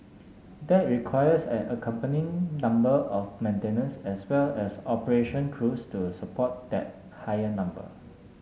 that requires an accompanying number of maintenance as well as operation crews to support that higher number